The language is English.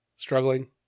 Struggling